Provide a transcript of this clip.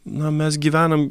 na mes gyvenam